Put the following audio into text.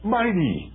mighty